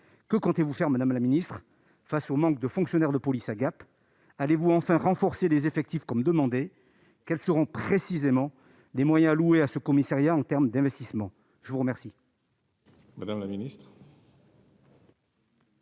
Que comptez-vous faire, madame la ministre, face au manque de fonctionnaires de police à Gap ? Allez-vous enfin renforcer les effectifs comme il est demandé ? Quels seront précisément les moyens alloués à ce commissariat en termes d'investissements ? La parole est à Mme la ministre